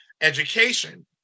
education